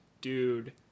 dude